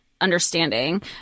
understanding